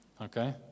Okay